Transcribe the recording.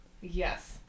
Yes